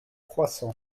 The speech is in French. croissant